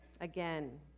again